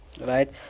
Right